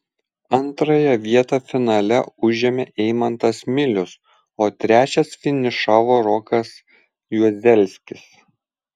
antrąją vietą finale užėmė eimantas milius o trečias finišavo rokas juozelskis